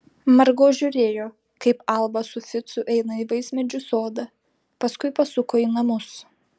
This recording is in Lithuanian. margo žiūrėjo kaip alba su ficu eina į vaismedžių sodą paskui pasuko į namus